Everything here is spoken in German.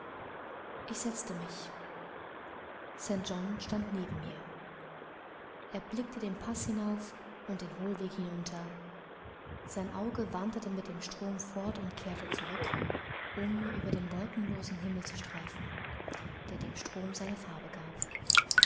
ich setzte mich st john stand neben mir er blickte den paß hinauf und den hohlweg hinunter sein auge wanderte mit dem strom fort und kehrte zurück um über den wolkenlosen himmel zu streifen der dem strom seine farbe gab